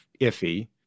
iffy